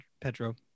Pedro